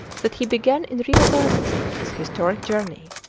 that he began in real earnest his historic journey.